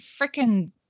freaking